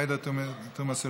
עאידה תומא סלימאן,